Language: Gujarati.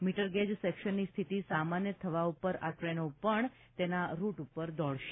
મીટરગેજ સેક્સનની સ્થિતિ સામાન્ય થવા પર આ ટ્રેનો પર તેના રૂટ પર દોડશે